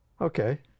okay